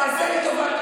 תעשה לי טובה.